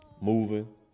moving